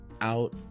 out